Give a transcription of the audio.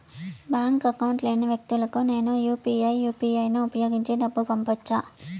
Bank account లేని వ్యక్తులకు నేను యు పి ఐ యు.పి.ఐ ను ఉపయోగించి డబ్బు పంపొచ్చా?